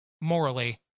morally